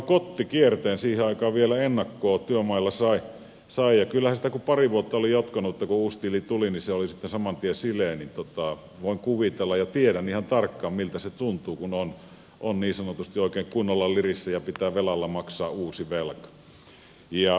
siihen aikaan vielä ennakkoa työmailla sai ja kun sitä pari vuotta oli jatkunut että kun uusi tili tuli niin se oli sitten saman tien sileä niin kyllä voin kuvitella ja tiedän ihan tarkkaan miltä se tuntuu kun on niin sanotusti oikein kunnolla lirissä ja pitää velalla maksaa uusi velka